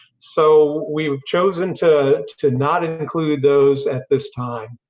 so we've chosen to to not include those at this time.